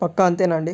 పక్కా అంతేనా అండి